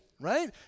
right